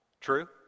True